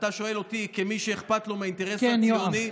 אתה שואל אותי כמי שאכפת לו מהאינטרס הציוני,